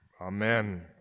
Amen